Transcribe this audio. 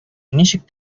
ничек